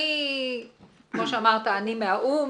אני מהאו"ם,